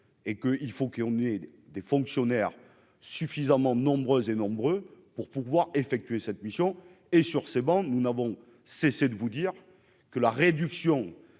et que il faut qu'on ait des fonctionnaires suffisamment nombreuses et nombreux pour pouvoir effectuer cette mission et sur ces bancs, nous n'avons cessé de vous dire que la réduction